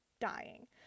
dying